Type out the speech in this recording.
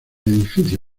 edificio